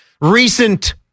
recent